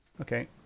Okay